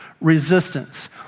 resistance